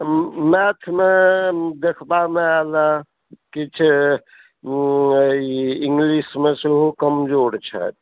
मैथमऽ देखबामऽ आयल अऽ किछु ओ ई इङ्ग्लिशमऽ सेहो कमजोर छथि